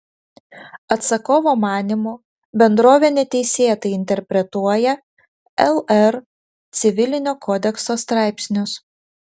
atsakovo manymu bendrovė neteisėtai interpretuoja lr civilinio kodekso straipsnius